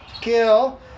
kill